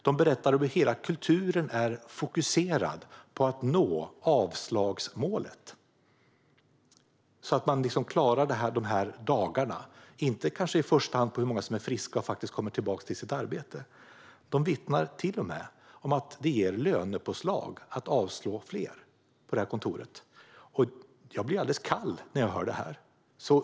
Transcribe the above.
De berättar om hur hela kulturen är fokuserad på att nå avslagsmålet, så att man klarar de här dagarna. Det handlar inte i första hand om hur många som faktiskt är friska och kanske kommer tillbaka till sitt arbete. De vittnar om att det på detta kontor till och med ger lönepåslag att avslå fler. Jag blir alldeles kall när jag hör detta.